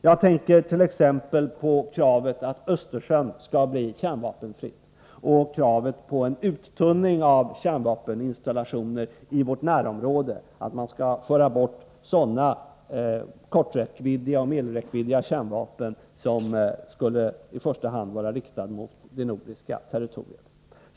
Jag tänker t.ex. på kravet att Östersjön skall bli kärnvapenfri och kravet på en uttunning av kärnvapeninstallationer i vårt närområde — att man skall föra bort sådana kärnvapen med kort och medellång räckvidd som i första hand skulle vara riktade mot det nordiska territoriet.